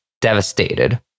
devastated